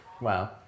Wow